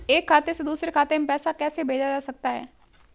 एक खाते से दूसरे खाते में पैसा कैसे भेजा जा सकता है?